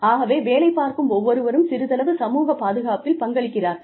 ஆகவே வேலைப் பார்க்கும் ஒவ்வொருவரும் சிறிதளவு சமூகப் பாதுகாப்பில் பங்களிக்கிறார்கள்